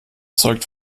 zeugt